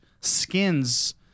skins